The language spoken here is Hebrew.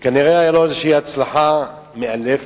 שכנראה היתה לו איזו הצלחה מאלפת.